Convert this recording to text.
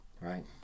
right